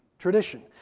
Tradition